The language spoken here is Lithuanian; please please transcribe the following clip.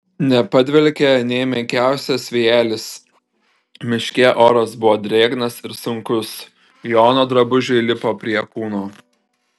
nepadvelkė nė menkiausias vėjelis miške oras buvo drėgnas ir sunkus jono drabužiai lipo prie kūno